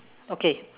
okay